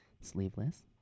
Sleeveless